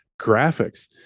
graphics